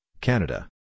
Canada